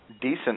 decent